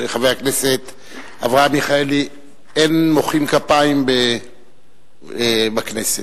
אין מוחאים כפיים בכנסת.